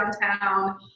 downtown